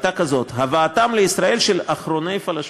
הייתה כזאת: הבאתם לישראל של אחרוני הפלאשמורה.